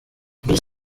miss